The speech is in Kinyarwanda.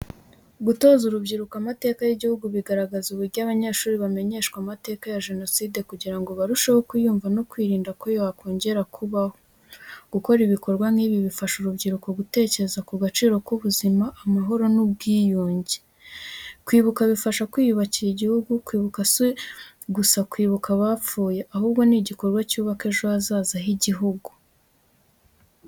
Gutoza urubyiruko amateka y’igihugu, bigaragaza uburyo abanyeshuri bamenyeshwa amateka ya Jenoside kugira ngo barusheho kuyumva no kwirinda ko yongera kubaho. Gukora ibikorwa nk'ibi bifasha urubyiruko gutekereza ku gaciro k’ubuzima, amahoro n'ubwiyunge. Kwibuka bifasha gukira nk’igihugu, kwibuka si gusa kwibuka abapfuye, ahubwo n'igikorwa cyubaka ejo hazaza h’igihugu.